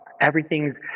everything's